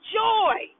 joy